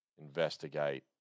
investigate